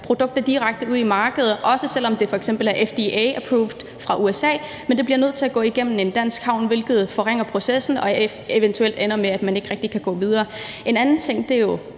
produkter direkte ud på markedet, heller ikke selv om det f.eks. er FDA-approved i USA. Det bliver nødt til at gå igennem en dansk havn, hvilket forringer processen og måske ender med, at man ikke rigtig kan gå videre. En anden ting er jo